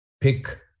pick